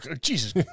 Jesus